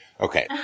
Okay